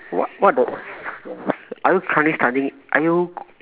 what what the yes are you currently studying are you